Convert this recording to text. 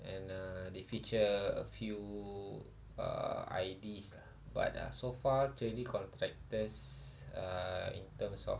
and uh they feature a few uh I_Ds lah but uh so far three D contractors uh in terms of